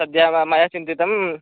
सद्य वा मया चिन्तितं